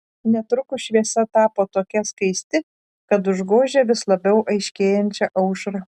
netrukus šviesa tapo tokia skaisti kad užgožė vis labiau aiškėjančią aušrą